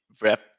wrap